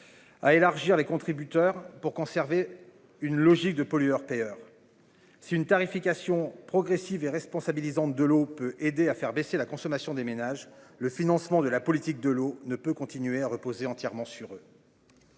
À élargir les contributeurs pour conserver une logique de pollueur-payeur. C'est une tarification progressive et responsabilisante de l'eau peut aider à faire baisser la consommation des ménages, le financement de la politique de l'eau ne peut continuer à reposer entièrement sur eux.